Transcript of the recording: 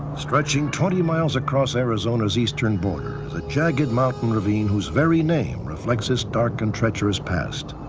stretching twenty miles across arizona's eastern border is a jagged mountain ravine whose very name reflects its dark and treacherous past,